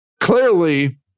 clearly